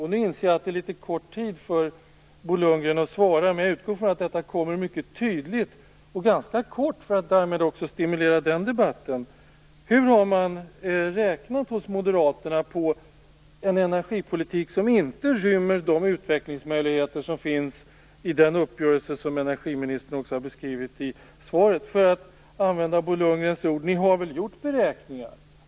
Jag inser att det är litet kort tid för Bo Lundgren att svara, men jag utgår ifrån att det kommer ett mycket tydligt och ganska kort svar, för att därmed också stimulera den debatten. Hur har man räknat hos Moderaterna på en energipolitik som inte rymmer de utvecklingsmöjligheter som finns i den uppgörelse som energiministern också har beskrivit i svaret? För att använda Bo Lundgrens ord: Ni har väl gjort beräkningar?